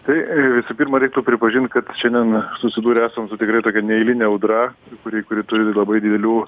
tai visų pirma reiktų pripažint kad šiandien susidūrę esam tikrai tokia neeiline audra kuri kuri turi labai didelių